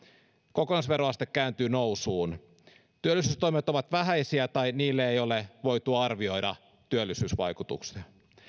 kokonaisveroaste kääntyy nousuun työllisyystoimet ovat vähäisiä tai niille ei ole voitu arvioida työllisyysvaikutuksia